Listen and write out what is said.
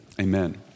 Amen